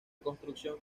construcción